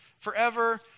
forever